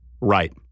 Right